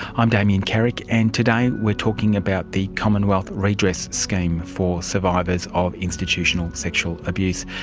i'm damien carrick, and today were talking about the commonwealth redress scheme for survivors of institutional sexual abuse.